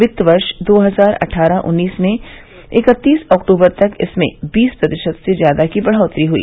वित्त वर्ष दो हजार अट्ठारह उन्नीस में इक्कतीस अक्टूबर तक इसमें बीस प्रतिशत से ज्यादा की बढ़ोतरी हुई